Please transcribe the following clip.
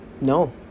No